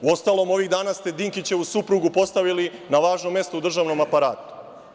Uostalom, ovih dana ste Dinkićevu suprugu postavili na važno mesto u državnom aparatu.